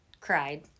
cried